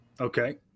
okay